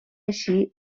així